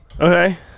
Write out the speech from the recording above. Okay